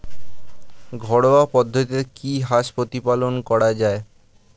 ঘরোয়া পদ্ধতিতে কি হাঁস প্রতিপালন করা যায়?